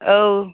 औ